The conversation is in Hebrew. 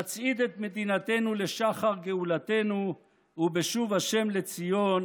נצעיד את מדינתנו לשחר גאולתנו, ובשוב השם לציון